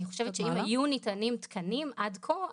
אני חושבת שאם היו ניתנים תקנים עד כה.